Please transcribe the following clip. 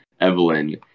Evelyn